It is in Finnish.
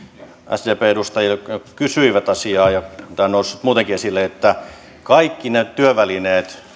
sdpn edustajille jotka kysyivät asiaa ja tämä on noussut muutenkin esille että kaikki ne työvälineet